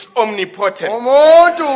omnipotent